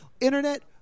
Internet